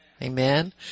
Amen